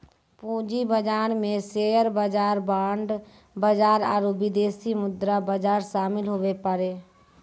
पूंजी बाजार मे शेयर बाजार बांड बाजार आरू विदेशी मुद्रा बाजार शामिल हुवै पारै